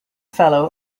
fellow